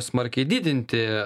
smarkiai didinti